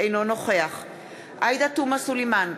אינו נוכח עאידה תומא סלימאן,